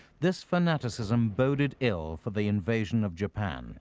this fanaticism boded ill for the invasion of japan